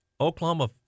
Oklahoma